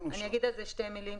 אני אגיד על זה שתי מילים.